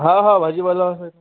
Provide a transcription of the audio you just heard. हा हा भाजीपाला आहे